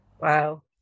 Wow